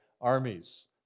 armies